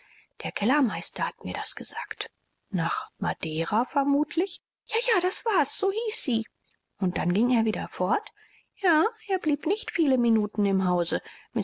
der kellermeister hat mir das gesagt nach madeira vermutlich ja ja das war's so hieß sie und dann ging er wieder fort ja er blieb nicht viele minuten im hause